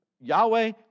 Yahweh